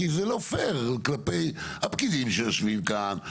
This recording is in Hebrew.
כי זה לא פייר כלפי הפקידים שיושבים כאן,